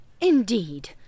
Indeed